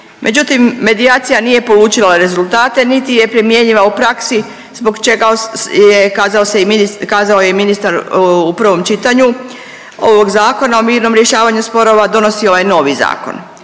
Međutim, medijacija nije polučila rezultate niti je primjenjiva u praksi zbog čega je kazao se, kazao je i ministar u prvom čitanju ovog Zakona o mirnom rješavanju sporova, donosi ovaj novi zakon.